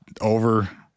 over